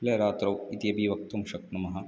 ल रात्रौ इत्यपि वक्तुं शक्नुमः